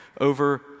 over